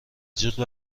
جیغ